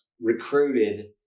recruited